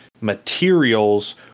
materials